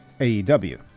AEW